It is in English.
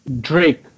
drake